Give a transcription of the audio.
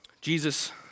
Jesus